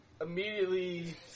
immediately